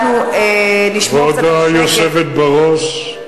כבוד היושבת בראש,